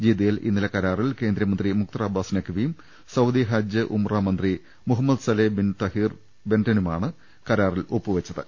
ജിദ്ദയിൽ ഇന്നലെ കരാറിൽ കേന്ദ്രമന്ത്രി മുക്തർ അബ്ബാസ് നഖ്വിയും സൌദി ഹജ്ജ് ഉംറ മന്ത്രി മുഹമ്മദ് സലെ ബിൻ തഹീർ ബെൻടെനുമാണ് കരാറിൽ ഒപ്പിട്ടത്